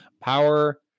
Power